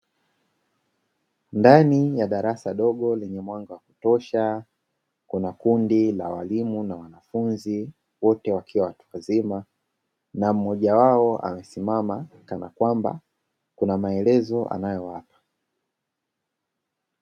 Ndani ya darasa dogo lenye mwanga wa kutosha, kuna kundi la walimu na wanafunzi wote wakiwa watu wazima na mmoja wao amesimama kana kwamba kuna maelezo anayowapa.